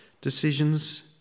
decisions